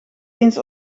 eens